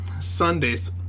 Sundays